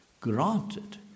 Granted